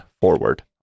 forward